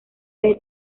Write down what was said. desde